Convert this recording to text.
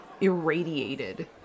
irradiated